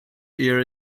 hear